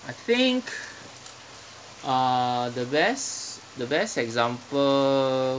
I think uh the best the best example